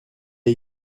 est